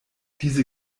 diese